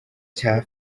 cya